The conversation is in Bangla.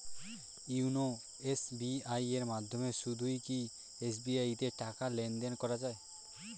ইওনো এস.বি.আই এর মাধ্যমে শুধুই কি এস.বি.আই তে টাকা লেনদেন করা যায়?